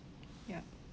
ya